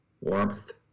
Warmth